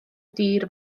dir